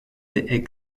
des